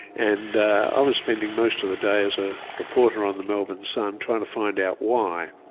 and i was spending most of the day as a reporter on the melbourne sun trying to find out why.